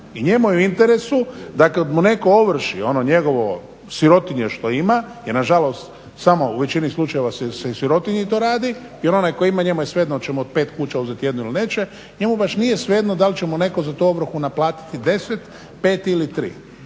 I njemu je u interesu da kada mu netko ovrši ono njegovo sirotinje što ima, jer na žalost samo u većini slučajeva se i sirotinji to radi, jer onaj koji ima njemu je svejedno hoće mu od pet kuća uzeti jednu ili neće, njemu baš nije svejedno da li će mu netko za tu ovrhu naplatiti 10, 5 ili 3.